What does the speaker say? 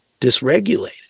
dysregulated